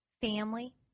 Family